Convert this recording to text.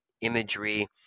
imagery